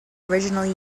originally